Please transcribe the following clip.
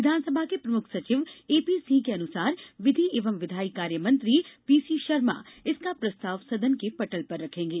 विधानसभा के प्रमुख सचिव एपी सिंह के अनुसार विधि एवं विधायी कार्यमंत्री पीसी शर्मा इसका प्रस्ताव सदन के पटल पर रखेंगे